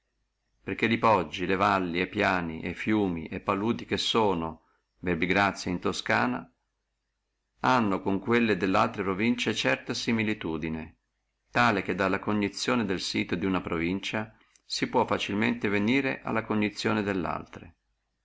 perché li poggi le valli e piani e fiumi e paduli che sono verbigrazia in toscana hanno con quelli dellaltre provincie certa similitudine tal che dalla cognizione del sito di una provincia si può facilmente venire alla cognizione dellaltre